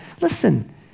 Listen